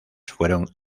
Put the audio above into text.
fueron